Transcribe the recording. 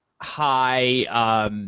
high –